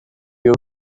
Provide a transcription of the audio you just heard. you